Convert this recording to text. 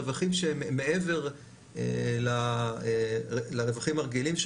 רווחים שהם מעבר לרווחים הרגילים,